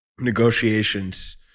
negotiations